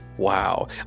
Wow